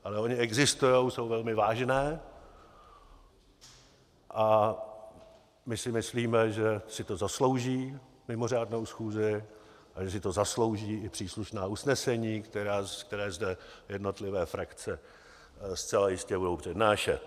Ale ony existují, jsou velmi vážné a my si myslíme, že si to zaslouží mimořádnou schůzi a že si to zaslouží i příslušná usnesení, která zde jednotlivé frakce zcela jistě budou přednášet.